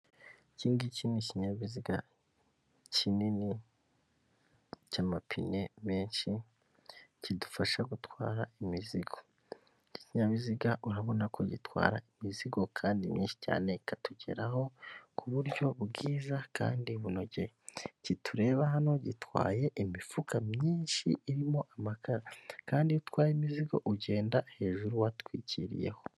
Ikingiki ni ikinyabiziga kinini, cy'amapine menshi, kidufasha gutwara imizigo, ikinyabiziga urabona ko gitwara imizigo kandi myinshi cyane ikatugeraho ku buryo bwiza kandi bunogeye, iki tureba hano gitwaye imifuka myinshi irimo amakara, kandi utwaye imizigo ugenda hejuru watwikiriyeho.